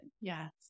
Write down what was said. Yes